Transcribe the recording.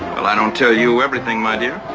i don't tell you everything, my dear.